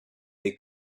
des